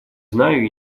знаю